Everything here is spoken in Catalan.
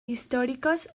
històriques